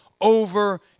over